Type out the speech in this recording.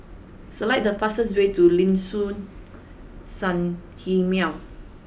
select the fastest way to Liuxun Sanhemiao